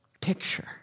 picture